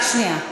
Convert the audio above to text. רק שנייה.